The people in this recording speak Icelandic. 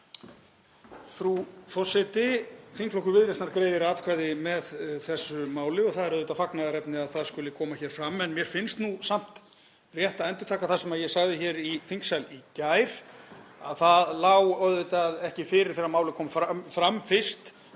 Frú forseti. Þingflokkur Viðreisnar greiðir atkvæði með þessu máli. Það er auðvitað fagnaðarefni að það skuli koma fram en mér finnst samt rétt að endurtaka það sem ég sagði hér í þingsal í gær, að það lá auðvitað ekki fyrir þegar málið kom fram fyrst,